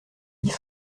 dix